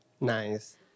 Nice